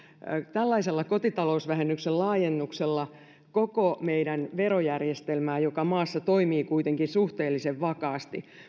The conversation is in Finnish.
tällaisella kotitalousvähennyksen laajennuksella koko meidän verojärjestelmäämme joka maassa toimii kuitenkin suhteellisen vakaasti